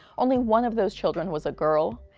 only one of those children was a girl.